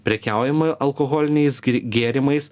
prekiaujama alkoholiniais gėrimais